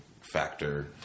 factor